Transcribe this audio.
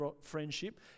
friendship